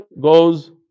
goes